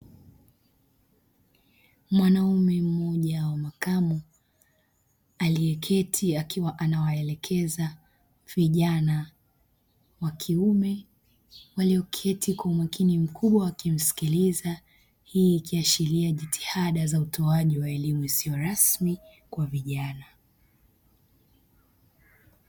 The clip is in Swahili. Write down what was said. Mwanaume mmoja wa makamu aliyeketi akiwa anawaelekeza vijana wa kiume walioketi kwa umakini mkubwa wakimsikiliza, hii ikiashilia jitihada za utoaji wa elimu isiyo rasmi kwa vijana.